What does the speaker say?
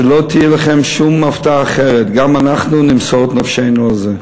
שלא תהיה לכם שום הפתעה אחרת: גם אנחנו נמסור את נפשנו על זה.